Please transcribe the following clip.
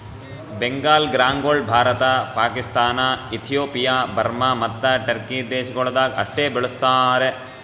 ಬೆಂಗಾಲ್ ಗ್ರಾಂಗೊಳ್ Bharat, Pakistan, Ethiopia, Burma ಮತ್ತ Turkey ದೇಶಗೊಳ್ದಾಗ್ ಅಷ್ಟೆ ಬೆಳುಸ್ತಾರ್